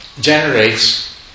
generates